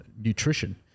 nutrition